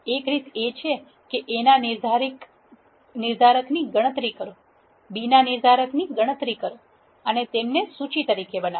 એક રીત એ છે કે A ના નિર્ધારકની ગણતરી કરો B ના નિર્ધારકની ગણતરી કરો અને તેમને સૂચિ તરીકે બનાવો